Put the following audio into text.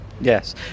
Yes